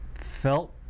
felt